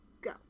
Go